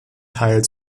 teil